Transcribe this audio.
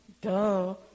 duh